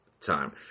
time